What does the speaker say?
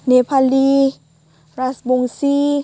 Nepali Rajbanshi